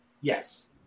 Yes